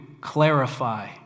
clarify